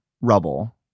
rubble